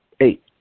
Eight